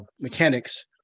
mechanics